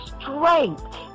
strength